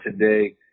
today